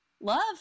love